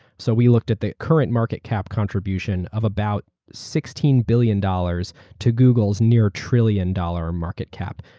so we looked at the current market cap contribution of about sixteen billion dollars to google's near trillion-dollar market cap.